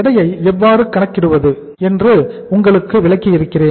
எடையை எவ்வாறு கணக்கிடுவது என்று உங்களுக்கு விளக்கியிருக்கிறேன்